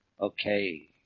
Okay